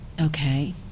okay